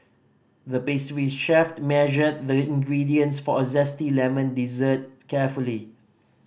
the pastry chef measured the ingredients for a zesty lemon dessert carefully